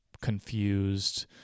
confused